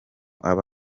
aba